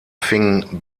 fing